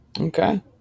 Okay